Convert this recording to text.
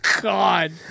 God